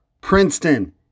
Princeton